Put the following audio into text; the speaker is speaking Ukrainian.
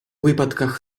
випадках